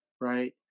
right